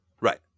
Right